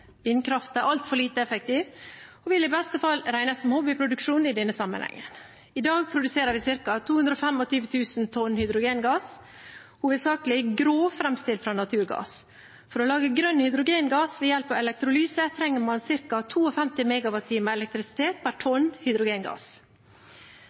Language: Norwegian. altfor lite effektivt og vil i beste fall regnes som hobbyproduksjon i denne sammenhengen. I dag produserer vi ca. 225 000 tonn hydrogengass, hovedsakelig grå, framstilt fra naturgass. For å lage grønn hydrogengass ved hjelp av elektrolyse trenger man ca. 52 MWh elektrisitet per